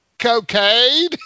cocaine